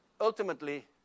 ultimately